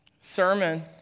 sermon